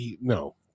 no